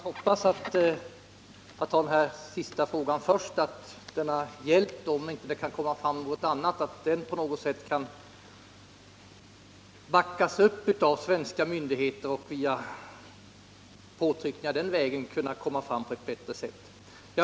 Herr talman! För att ta den sista frågan först är det bara att hoppas att denna hjälp — om den nu inte kan komma fram på något annat sätt — kan backas upp av svenska myndigheter och att det via påtryckningar kan skapas möjligheter för att hjälpen skall komma fram på ett bättre sätt.